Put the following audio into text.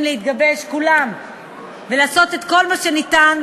להתגבש כולם ולעשות את כל מה שניתן,